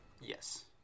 yes